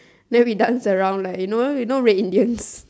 then we dance around like you know you know red Indians